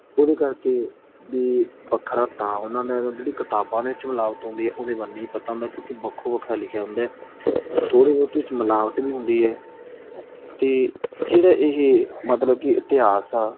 ਉਹਦੇ ਕਰਕੇ ਵੀ ਵੱਖਰਾ ਤਾਂ ਹੁੰਦਾ ਦਾ ਜਿਹੜੀ ਕਿਤਾਬਾਂ ਦੇ ਵਿਚ ਮਿਲਾਵਟ ਹੁੰਦੀ ਉਹਦੇ ਵੱਲ ਨਹੀਂ ਪਤਾ ਹੁੰਦਾ ਕਿਉਂਕਿ ਵੱਖੋ ਵੱਖਰਾ ਲਿਖਿਆ ਹੁੰਦਾ ਥੋੜ੍ਹੀ ਬਹੁਤੀ ਉਹ 'ਚ ਮਿਲਾਵਟ ਵੀ ਹੁੰਦੀ ਹੈ ਅਤੇ ਜਿਹੜਾ ਇਹ ਮਤਲਬ ਕਿ ਇਤਿਹਾਸ ਆ